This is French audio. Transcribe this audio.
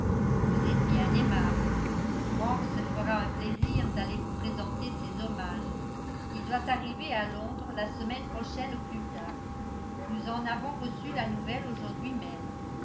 vous êtes bien aimable frank se fera un plaisir d'aller vous présenter ses hommages il doit arriver à londres la semaine prochaine au plus tard nous en avons reçu la nouvelle aujourd'hui même